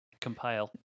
compile